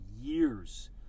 years